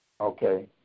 Okay